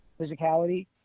physicality